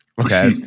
okay